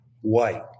white